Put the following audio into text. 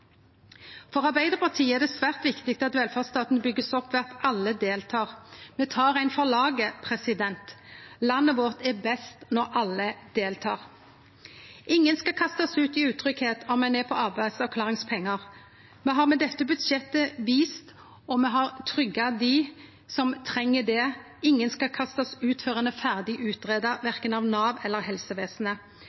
For Arbeidarpartiet er det svært viktig at velferdsstaten blir bygd opp ved at alle deltek. Me tek ein for laget. Landet vårt er best når alle deltek. Ingen skal kastast ut i utryggleik om ein er på arbeidsavklaringspengar. Me har med dette budsjettet vist at me har tryggja dei som treng det. Ingen skal bli kasta ut før ein er ferdig greidd ut, verken av Nav eller av helsevesenet.